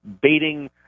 baiting